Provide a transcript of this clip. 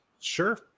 Sure